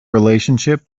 relationship